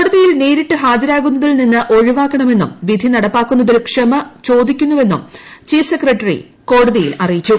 കോടതിയിൽ നേരിട്ട് ഹാജരാകുന്നതിൽ നിന്ന് ഒഴിവാക്കണമെന്നും വിധി നടപ്പാക്കാൻ വൈകിയതിൽ ക്ഷമ ചോദിക്കുന്നുവെന്നും ചീഫ് സെക്രട്ടറി കോടതിയിൽ അറിയിച്ചു